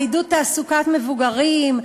לעידוד תעסוקת מבוגרים,